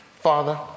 Father